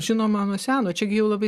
žinoma nuo seno čia jau labai